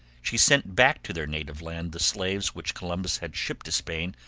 she sent back to their native land the slaves which columbus had shipped to spain,